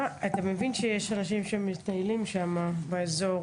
אתה מבין שיש אנשים שמטיילים שם באזור?